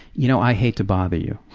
you know i hate to bother you,